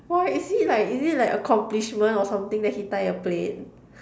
why is he like is it like accomplishment or something that he tie a plait